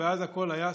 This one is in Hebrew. אז הכול היה סבבה.